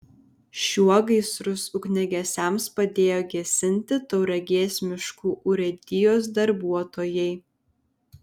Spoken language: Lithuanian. šiuo gaisrus ugniagesiams padėjo gesinti tauragės miškų urėdijos darbuotojai